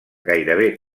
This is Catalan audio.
gairebé